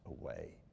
away